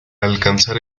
alcanzar